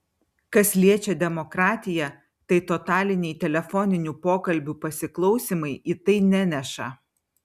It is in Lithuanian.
kas liečia demokratiją tai totaliniai telefoninių pokalbių pasiklausymai į tai neneša